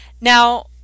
now